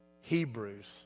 Hebrews